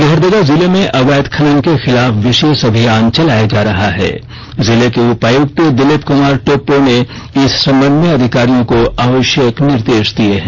लोहरदगा जिले में अवैध खनन के खिलाफ विशेष अभियान चलाया जा रहा है जिले के उपायुक्त दिलीप कुमार टोप्पो ने इस संबंध में अधिकारियों को आवश्यक निर्देश दिया है